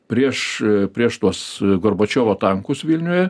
prieš prieš tuos gorbačiovo tankus vilniuje